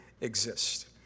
exist